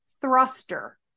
thruster